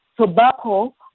tobacco